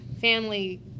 family